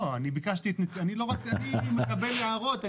אני מקבל הערות.